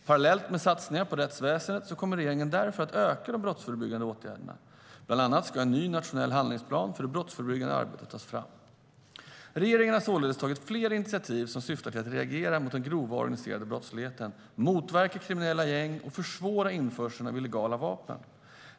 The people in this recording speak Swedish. Parallellt med satsningar på rättsväsendet kommer regeringen därför att öka de brottsförebyggande åtgärderna. Bland annat ska en ny nationell handlingsplan för det brottsförebyggande arbetet tas fram. Regeringen har således tagit flera initiativ som syftar till att reagera mot den grova organiserade brottsligheten, motverka kriminella gäng och försvåra införseln av illegala vapen.